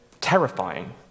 terrifying